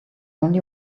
only